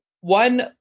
one